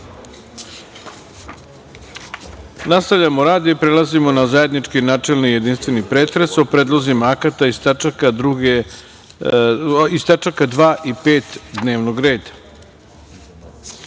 skupštine. Nastavljamo rad i prelazimo na zajednički načelni i jedinstveni pretres o predlozima akata iz tačaka 2. i 5. dnevnog